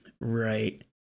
Right